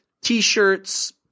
t-shirts